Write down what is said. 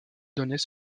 donnait